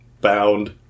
bound